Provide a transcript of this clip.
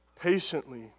patiently